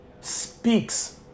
speaks